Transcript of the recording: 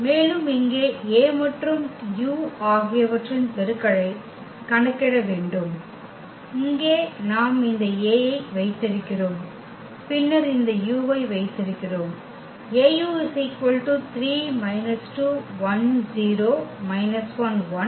மேலும் இங்கே A மற்றும் u ஆகியவற்றின் பெருக்கலை கணக்கிட வேண்டும் இங்கே நாம் இந்த A ஐ வைத்திருக்கிறோம் பின்னர் இந்த u ஐ வைத்திருக்கிறோம்